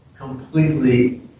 completely